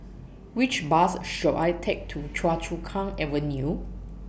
Which Bus should I Take to Choa Chu Kang Avenue